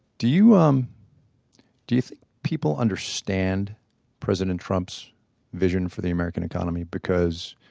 do you, um do you think people understand president trump's vision for the american economy because